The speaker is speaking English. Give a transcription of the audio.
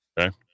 Okay